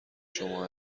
شما